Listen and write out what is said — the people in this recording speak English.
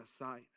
aside